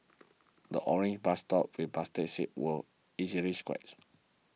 the orange bus stops play plastic seats were easily scratched